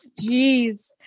Jeez